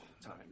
time